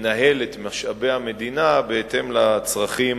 לנהל את משאבי המדינה בהתאם לצרכים,